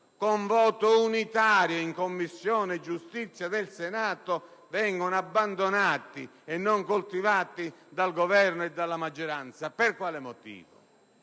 con voto unitario in Commissione giustizia del Senato, vengono abbandonati e non coltivati dal Governo e dalla maggioranza. Per quale motivo?